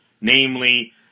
Namely